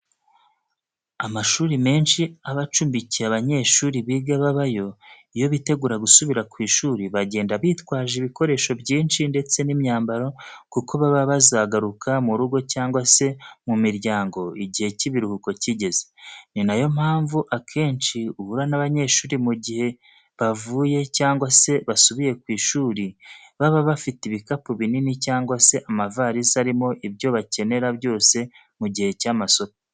Amashuri menshi aba acumbikiye abanyeshuri biga babayo iyo bitegura gusubira ku ishuri bagenda bitwaje ibikoresho byinshi ndetse n'imyambaro kuko baba bazagaruka mu rugo cyangwa se mu miryango igihe cy'ibiruhuko kigeze. Ni na yo mpamvu akenshi uhura n'abanyeshuri mu gihe bavuye cyangwa se basubiye ku ishuri baba bafite ibikapu binini cyangwa se amavarize arimo ibyo bakenera byose mu gihe cy'amasomo.